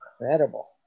incredible